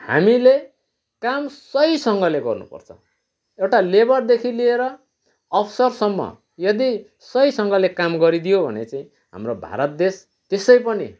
हामीले काम सहीसँगले गर्नुपर्छ एउटा लेबरदेखि लिएर अफिसरसम्म यदि सहीसँगले काम गरिदियो भने चाहिँ हाम्रो भारत देश त्यसै पनि